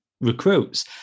recruits